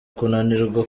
kunanirwa